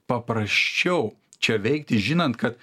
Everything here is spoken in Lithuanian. paprasčiau čia veikti žinant kad